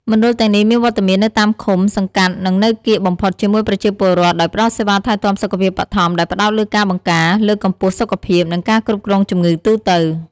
មណ្ឌលទាំងនេះមានវត្តមាននៅតាមឃុំ សង្កាត់ និងនៅកៀកបំផុតជាមួយប្រជាពលរដ្ឋ ដោយផ្តល់សេវាថែទាំសុខភាពបឋម ដែលផ្តោតលើការបង្ការ លើកកម្ពស់សុខភាព និងការគ្រប់គ្រងជំងឺទូទៅ។